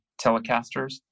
Telecasters